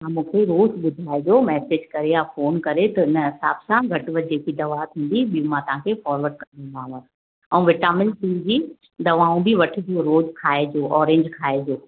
तव्हां मूंखे रोज़ु ॿुधाइजो मैसेज करे या फ़ोन करे त हिन हिसाब सां घटि वधि जेकी दवा थींदी उहो बि मां तव्हांखे फोरवर्ड कंदीमांव ऐं विटामिन सी जी दवाऊं बि वठिजो रोज़ु खाइजो ऑरेंज खाइजो